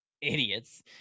Idiots